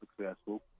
successful